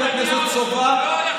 חבר הכנסת סובה,